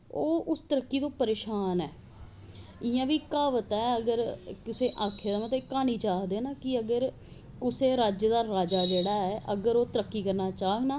ओह् उस तरक्की तो परेशान ऐं इयां बी कहावत ऐ कुसे कहानी च आक्खे दा कि अगर कुसे राज्य दा राजा तरक्की करना चाह्ग न